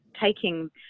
taking